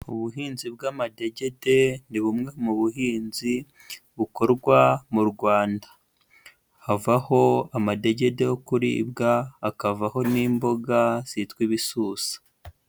Ubuhinzi bw'amadegede ni bumwe mu buhinzi bukorwa mu Rwanda. Havaho amadegede yo kuribwa, hakavaho n'imboga zitwa ibisusa.